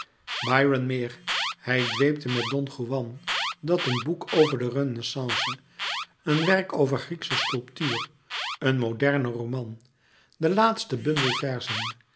byron meer hij dweepte met don juan dan een boek over de renaissance een werk over grieksche sculptuur een modernen roman den laatsten bundel verzen